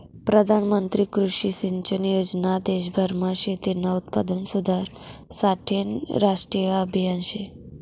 प्रधानमंत्री कृषी सिंचन योजना देशभरमा शेतीनं उत्पादन सुधारासाठेनं राष्ट्रीय आभियान शे